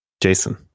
Jason